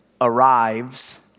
arrives